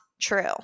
true